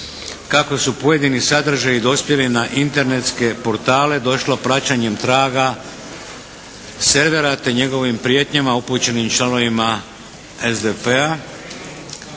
kako su pojedini sadržaji dospjeli na Internetske portale došao praćenjem traga servera, te njegovim prijetnjama upućenim članovima SDP-a